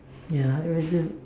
ya I rather